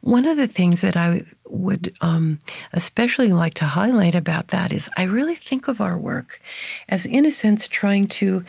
one of the things that i would um especially like to highlight about that is i really think of our work as, in a trying to